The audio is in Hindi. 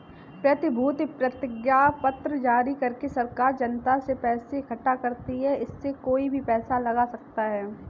प्रतिभूति प्रतिज्ञापत्र जारी करके सरकार जनता से पैसा इकठ्ठा करती है, इसमें कोई भी पैसा लगा सकता है